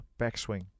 backswing